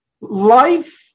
life